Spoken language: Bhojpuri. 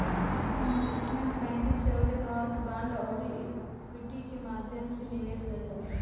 इन्वेस्टमेंट बैंकिंग सेवा के तहत बांड आउरी इक्विटी के माध्यम से निवेश कईल जाला